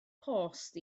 post